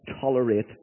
tolerate